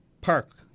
Park